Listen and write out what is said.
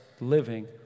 living